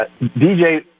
DJ